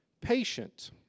patient